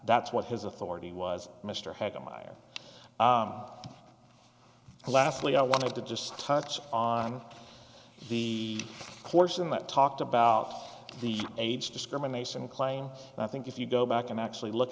that's what his authority was mr head to my ear and lastly i want to just touch on the portion that talked about the age discrimination claim and i think if you go back and actually look